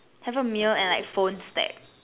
have a meal and like phone stack